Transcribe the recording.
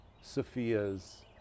Sophia's